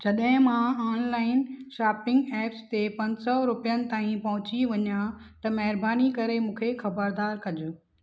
जॾहिं मां online shopping apps ते पंज सौ रुपियनि ताईं पहुची वञा त महिरबानी करे मूंखे ख़बरदार कजो